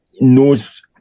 knows